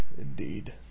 Indeed